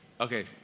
Okay